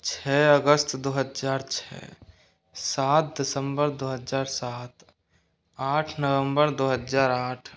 छः अगस्त दो हजार छः सात दिसंबर दो हजार सात आठ नवंबर दो हजार आठ